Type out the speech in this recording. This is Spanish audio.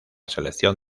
selección